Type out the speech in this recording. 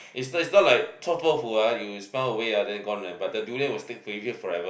is not is not like 臭豆腐 ah you smell away ah then gone leh but the durian will stick to you forever